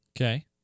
okay